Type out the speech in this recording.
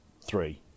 three